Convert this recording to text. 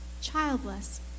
Childless